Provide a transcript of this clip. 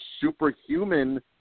superhuman